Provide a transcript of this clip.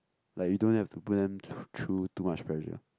like you don't have to put them thr~ through too much pressure